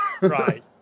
Right